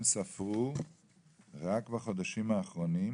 קו לעובד